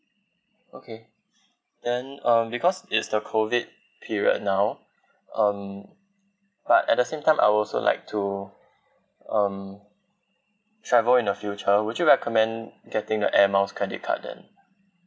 okay then um because it's the COVID period now um but at the same time I will also like to um travel in the future would you recommend getting the air miles credit card then